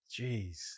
Jeez